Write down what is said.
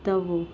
ਦਵੋ